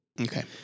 Okay